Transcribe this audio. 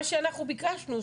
מה שאנחנו ביקשנו,